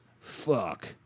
Fuck